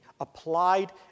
applied